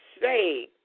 say